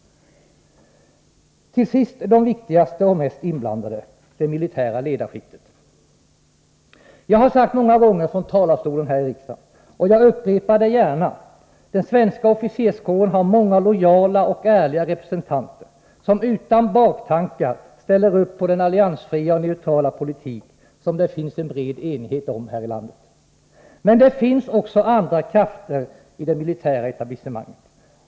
Till sist skall jag tala om de viktigaste och de mest inblandade — personerna i det militära ledarskiktet. Jag har sagt det många gånger från talarstolen här i riksdagen, och jag upprepar det gärna: Den svenska officerskåren har många lojala och ärliga representanter, som utan baktankar ställer sig bakom den alliansfria och neutrala politik som det finns en bred enighet om här i landet. Men det finns också andra krafter i det militära etablissemanget.